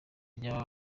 ry’aba